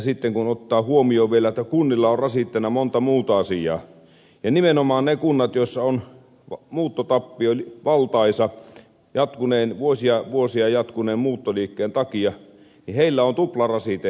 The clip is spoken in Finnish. sitten on otettava huomioon vielä että kunnilla on rasitteena monta muuta asiaa ja nimenomaan niillä kunnilla joissa on muuttotappio valtaisa vuosia jatkuneen muuttoliikkeen takia on tuplarasite